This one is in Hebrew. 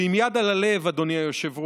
ועם יד על הלב, אדוני היושב-ראש,